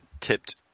tipped